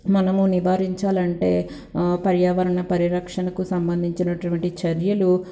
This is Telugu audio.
మనము నివారించాలంటే పర్యావరణ పరిరక్షణకు సంబంధించినటువంటి చర్యలు